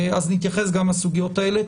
אז נתייחס גם לסוגיות האלה.